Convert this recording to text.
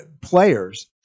players